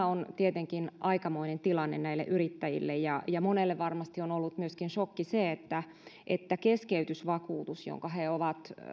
on tietenkin aikamoinen tilanne näille yrittäjille ja ja monelle varmasti on ollut myöskin sokki se että että keskeytysvakuutus jonka he ovat